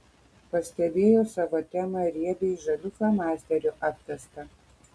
pastebėjau savo temą riebiai žaliu flomasteriu apvestą